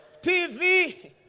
TV